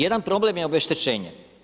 Jedan problem je obeštećenje.